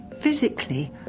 Physically